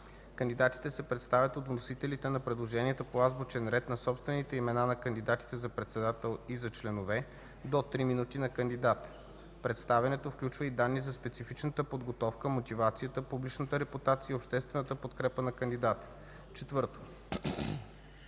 Кандидатите се представят от вносителите на предложенията по азбучен ред на собствените имена на кандидатите за председател и за членове – до три минути на кандидат. Представянето включва и данни за специфичната подготовка, мотивацията, публичната репутация и обществената подкрепа за кандидата. 4.